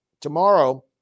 Tomorrow